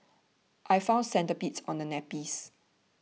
I found centipedes on the nappies